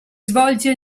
svolge